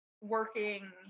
working